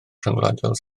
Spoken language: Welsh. rhyngwladol